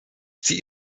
sie